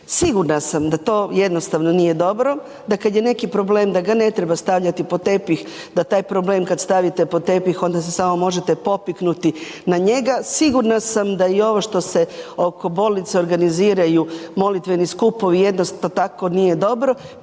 Sigurna sam da to jednostavno nije dobro, da kad je neki problem da ga ne treba stavljati pod tepih, da taj problem kad stavite pod tepih onda se samo možete popiknuti na njega. Sigurna sam da i ovo što se oko bolnica organiziraju molitveni skupovi, jednako tako nije dobro.